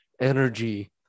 energy